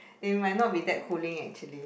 they might not be that cooling actually